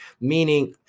meaning